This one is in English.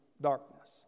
darkness